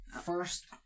First